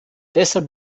deshalb